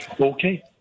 Okay